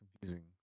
confusing